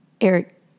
Eric